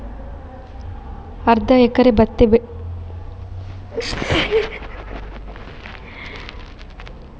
ಅರ್ಧ ಎಕರೆ ಭತ್ತ ಬೆಳೆಗೆ ಎಷ್ಟು ಯೂರಿಯಾ ಬೇಕಾಗುತ್ತದೆ?